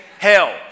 Hell